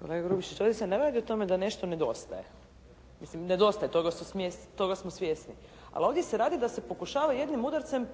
Kolega Grubišić, zaista nemojte o tome da nešto nedostaje. Mislim nedostaje, toga smo svjesni. Ali ovdje se radi da se pokušava jednim udarcem